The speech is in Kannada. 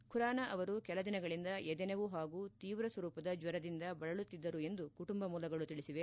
ಖುರಾನ ಅವರು ಕೆಲದಿನಗಳಿಂದ ಎದೆನೋವು ಹಾಗೂ ತೀವ್ರ ಸ್ವರೂಪದ ಜ್ವರದಿಂದ ಬಳಲುತ್ತಿದ್ದರು ಎಂದು ಕುಟುಂಬ ಮೂಲಗಳು ತಿಳಿಸಿದೆ